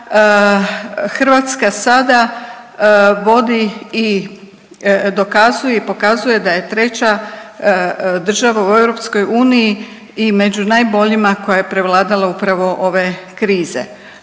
Hrvatska sada vodi i dokazuje i pokazuje da je treća država u EU i među najboljima koja je prevladala upravo ove krize.